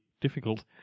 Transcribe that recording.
difficult